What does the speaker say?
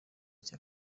cya